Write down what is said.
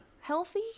Healthy